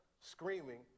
screaming